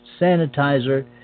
sanitizer